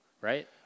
right